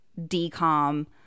decom